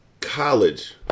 college